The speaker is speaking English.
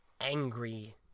angry